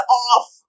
off